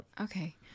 Okay